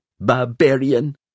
Barbarian